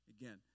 Again